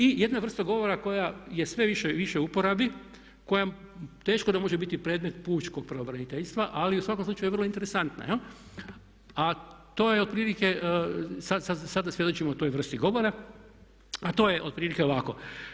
I jedna vrsta govora koja je sve više i više u uporabi, koja teško da može biti predmet pučkog pravobraniteljstva ali u svakom slučaju je vrlo interesantna a to je otprilike sada svjedočimo toj vrsti govora a to je otprilike ovako.